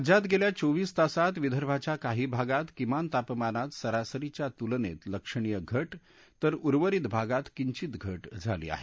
राज्यात गेल्या चोवीस तासात विदर्भाच्या काही भागात किमान तापमानात सरासरीच्या तुलनेत लक्षणीय घट तर उर्वरित भागात किंधिंत घट झाली आहे